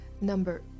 Number